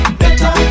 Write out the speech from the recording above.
better